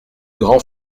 grand